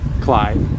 Clyde